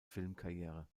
filmkarriere